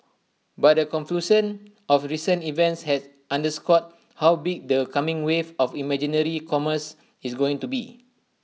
but A confluence of recent events has underscored how big their coming wave of imaginary commerce is going to be